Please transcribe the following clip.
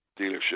dealership